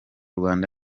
rwanda